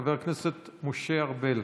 חבר הכנסת משה ארבל,